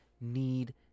need